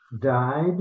died